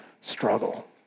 struggle